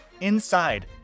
Inside